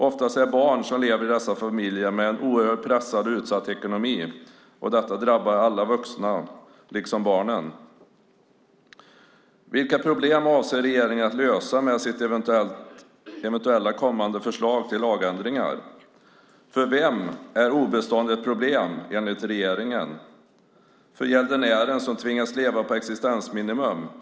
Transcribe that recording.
Oftast finns barn som lever i dessa familjer med en oerhört pressad och utsatt ekonomi. Detta drabbar alla vuxna, liksom barnen. Vilka problem avser regeringen att lösa med sitt eventuella kommande förslag till lagändringar? För vem är obestånd ett problem, enligt regeringen? För gäldenären som tvingas leva på existensminimum?